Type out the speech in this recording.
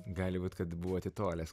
gali būt kad buvo atitolęs